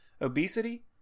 Obesity